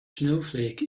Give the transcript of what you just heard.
snowflake